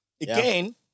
again